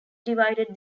divided